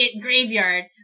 graveyard